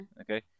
okay